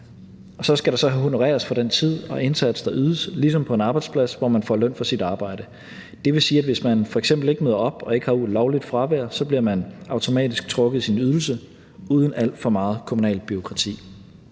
Så skal der honoreres for den tid og indsats, der ydes, ligesom på en arbejdsplads, hvor man får løn for sit arbejde. Det vil sige, at hvis man f.eks. ikke møder op og ikke har lovligt fravær, bliver man automatisk trukket i sin ydelse uden alt for meget kommunalt bureaukrati.